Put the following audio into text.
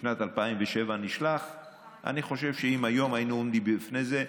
בשנת 2007. אני חושב שאם היום היינו עומדים בפני זה,